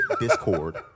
Discord